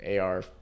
AR